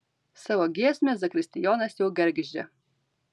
savo giesmę zakristijonas jau gergždžia